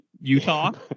Utah